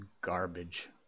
garbage